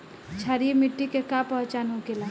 क्षारीय मिट्टी के का पहचान होखेला?